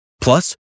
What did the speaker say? Plus